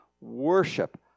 worship